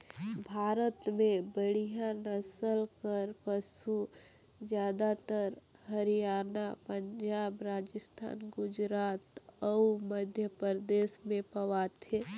भारत में बड़िहा नसल कर पसु जादातर हरयाना, पंजाब, राजिस्थान, गुजरात अउ मध्यपरदेस में पवाथे